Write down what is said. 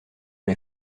les